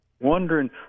wondering